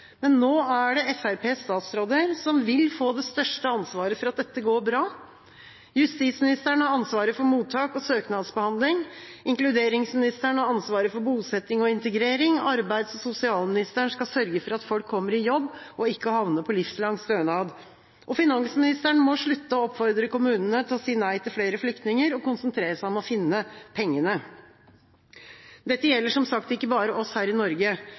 Nå er det Fremskrittspartiets statsråder som vil få det største ansvaret for at dette går bra – justisministeren har ansvaret for mottak og søknadsbehandling, inkluderingsministeren har ansvaret for bosetting og integrering, arbeids- og sosialministeren skal sørge for at folk kommer i jobb og ikke havner på livslang stønad. Finansministeren må slutte å oppfordre kommunene til å si nei til flere flyktninger og konsentrere seg om å finne pengene. Dette gjelder, som sagt, ikke bare oss her i Norge,